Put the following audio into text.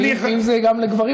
כי אם זה גם לגברים,